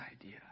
idea